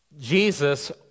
Jesus